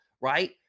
right